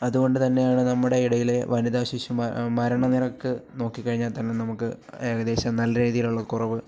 അതുകൊണ്ടുതന്നെയാണ് നമ്മുടെ ഇടയിൽ വനിതാശിശു മരണനിരക്ക് നോക്കിക്കഴിഞ്ഞാൽത്തന്നെ നമുക്ക് ഏകദേശം നല്ല രീതിയിലുള്ള കുറവ്